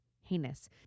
Heinous